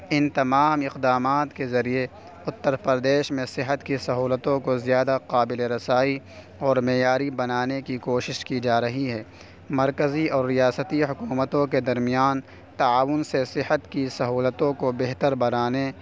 ان تمام اقدامات کے ذریعے اتّر پردیش میں صحت کی سہولتوں کو زیادہ قابل رسائی اور معیاری بنانے کی کوشش کی جا رہی ہے مرکزی اور ریاستی حکومتوں کے درمیان تعاون سے صحت کی سہولتوں کو بہتر بنانے